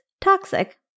toxic